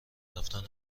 رفتن